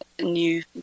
new